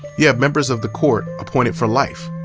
you have members of the court appointed for life.